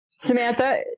Samantha